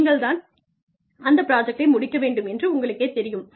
நீங்கள் தான் அந்த ப்ராஜக்ட்டை முடிக்க வேண்டும் என்று உங்களுக்கேத் தெரியும்